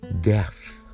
death